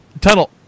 tunnel